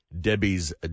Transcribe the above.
Debbie's